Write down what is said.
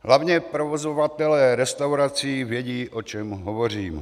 Hlavně provozovatelé restaurací vědí, o čem hovořím.